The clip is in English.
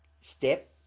step